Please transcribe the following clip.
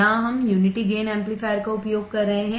यहां हम unity gain amplifier का उपयोग कर रहे हैं